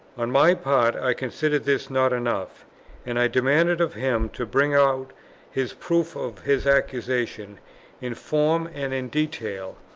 on my part i considered this not enough and i demanded of him to bring out his proof of his accusation in form and in detail,